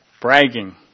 Bragging